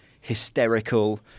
hysterical